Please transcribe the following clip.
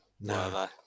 no